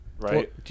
right